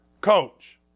coach